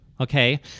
okay